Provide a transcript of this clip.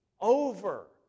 over